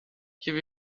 have